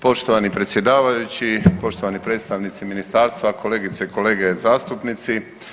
Poštovani predsjedavajući, poštovani predstavnici ministarstva, kolegice i kolege zastupnici.